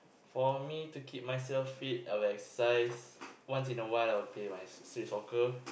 for me to keep myself fit I will exercise once in awhile I will play my street soccer